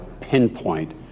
pinpoint